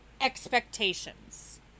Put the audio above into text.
expectations